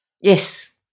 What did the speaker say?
Yes